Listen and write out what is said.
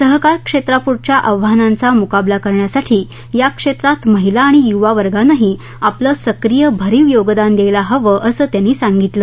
सहकार क्षेत्राप्ढच्या आव्हानांचा मुकाबला करण्यासाठी या क्षेत्रात महिला आणि युवावर्गानही आपलं सक्रिय भरीव योगदान द्यायला हवं असं त्यांनी सांगितलं